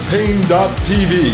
Pain.tv